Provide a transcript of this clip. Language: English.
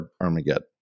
Armageddon